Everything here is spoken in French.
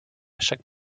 chaque